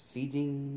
Seeding